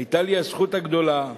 היתה לי הזכות הגדולה,